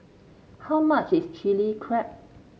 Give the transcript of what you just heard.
how much is Chili Crab